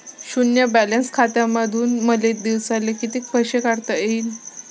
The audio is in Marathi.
शुन्य बॅलन्स खात्यामंधून मले दिवसाले कितीक पैसे काढता येईन?